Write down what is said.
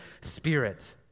spirit